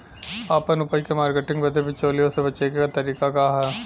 आपन उपज क मार्केटिंग बदे बिचौलियों से बचे क तरीका का ह?